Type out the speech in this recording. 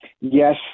Yes